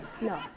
No